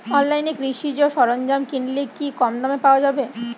অনলাইনে কৃষিজ সরজ্ঞাম কিনলে কি কমদামে পাওয়া যাবে?